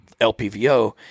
LPVO